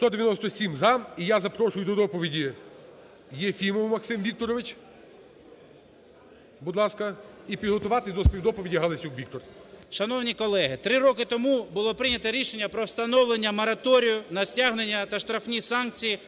За-197 І я запрошую до доповіді Єфімова Максима Вікторовича. Будь ласка. І підготуватись до співдоповіді Галасюк Віктор. 17:41:12 ЄФІМОВ М.В. Шановні колеги, три роки тому було прийнято рішення про встановлення мораторію на стягнення та штрафні санкції